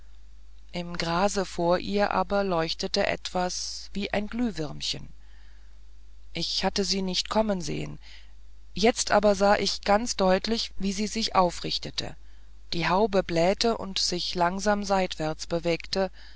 im grase vor ihr aber leuchtete etwas wie ein glühwürmchen ich hatte sie nicht kommen sehen jetzt aber sah ich ganz deutlich wie sie sich aufrichtete die haube blähte und sich langsam seitwärts bewegte